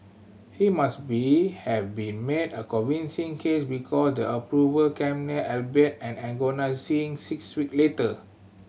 he must be have be made a convincing case because the approval came albeit an agonising six week later